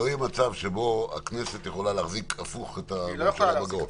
שלא יהיה מצב שבו הכנסת יכולה להחזיק את הממשלה בגרון.